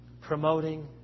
promoting